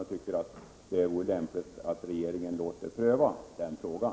Vi tycker att det vore lämpligt att regeringen låter pröva den frågan.